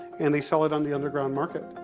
and they sell it on the underground market,